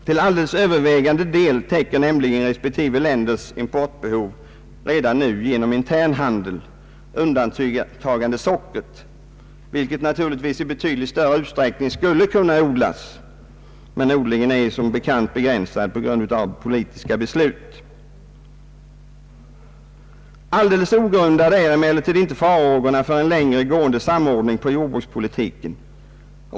Till alldeles övervägande del täcks nämligen respektive länders importbehov redan nu genom intern handel, undantagandes sockret, vilket naturligtvis i betydligt större utsträckning skulle kunna odlas inom området. Men odlingen är ju som bekant begränsad genom politiska beslut. Alldeles ogrundade är emellertid inte farhågorna för en längre gående samordning på jordbrukspolitikens område.